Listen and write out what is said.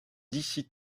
issy